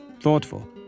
thoughtful